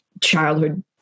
childhood